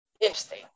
interesting